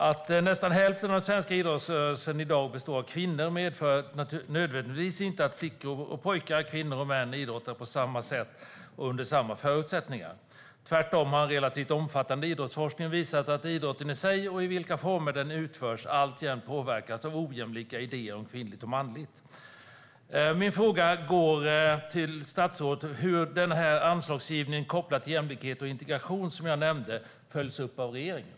Att nästan hälften av den svenska idrottsrörelsen i dag består av kvinnor medför nödvändigtvis inte att flickor och pojkar, kvinnor och män idrottar på samma sätt och under samma förutsättningar. Tvärtom har en relativt omfattande idrottsforskning visat att idrotten i sig och i vilka former den utförs alltjämt påverkas av ojämlika idéer om kvinnligt och manligt. Min fråga till statsrådet gäller hur anslagsgivningen kopplat till jämlikhet och integration, som jag nämnde, följs upp av regeringen.